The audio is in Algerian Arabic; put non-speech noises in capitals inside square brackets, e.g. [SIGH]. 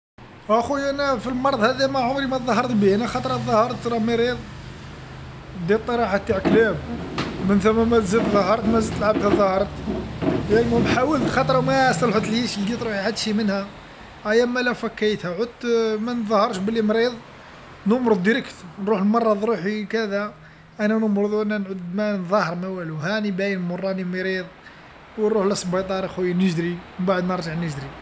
اخويا أنا فالمرض هذا ما عمري ما ظهرت به أنا خطرا ظهرت را مريض ديت طريحة تاع الكلاب ،من ثما ما زدت ظهرت مازدت لعبتها ظهرت ،يا المهم [NOISE] حاولت خاطرهم ما صلحتليش لقيت روحي هاذشي منها، ها يا اما لا فكيتها عدت ما نظهرش بلي مريض، نمرض ديريكت نروح نمرض روحي كذا أنا ما نمرض ما نظاهر ما والو ها راني باين راني مريض و نروح لسبيطار اخويا نجري منبعر نرجع نجري.